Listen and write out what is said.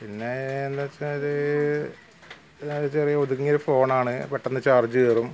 പിന്നെ എന്താന്നുവച്ചാല് ചെറിയ ഒതുങ്ങിയ ഒരു ഫോണാണ് പെട്ടെന്ന് ചാര്ജ് കയറും